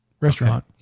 Restaurant